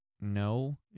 no